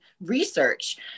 research